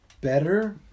better